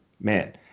Man